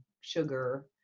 sugar